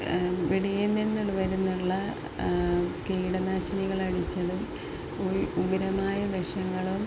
വെളിയില് നിന്ന് വരുന്ന കീടനാശിനികള് അടിച്ചതും ഉഗ്രമായ വിഷങ്ങളും